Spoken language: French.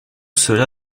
cela